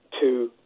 two